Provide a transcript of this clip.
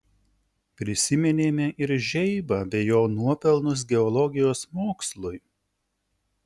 prisiminėme ir žeibą bei jo nuopelnus geologijos mokslui